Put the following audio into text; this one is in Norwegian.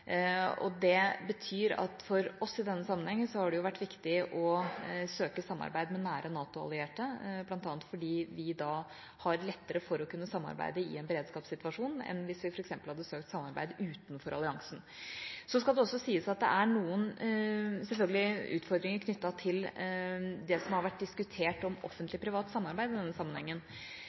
og de andre partnerne som er med. Det er samtidig noe av utfordringa noen ganger når man tenker flernasjonalt samarbeid. Det betyr at for oss har det i denne sammenhengen vært viktig å søke samarbeid med nære NATO-allierte, bl.a. fordi vi da har lettere for å kunne samarbeide i en beredskapssituasjon enn hvis vi f.eks. hadde søkt samarbeid utenfor alliansen. Så skal det også sies at det selvfølgelig er noen utfordringer knyttet til det som har vært diskutert